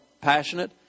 passionate